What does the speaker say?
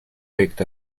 picked